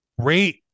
great